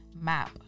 map